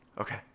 Okay